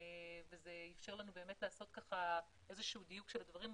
וזה אפשר לנו לעשות דיוק של הדברים.